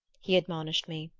he admonished me.